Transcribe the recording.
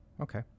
Okay